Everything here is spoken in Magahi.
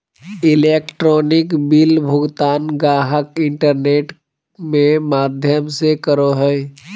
इलेक्ट्रॉनिक बिल भुगतान गाहक इंटरनेट में माध्यम से करो हइ